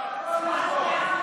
לא נכון.